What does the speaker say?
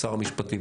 לשר המשפטים,